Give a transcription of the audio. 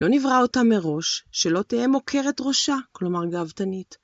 לא נברא אותה מראש, שלא תהיה מוכרת ראשה, כלומר גאותנית.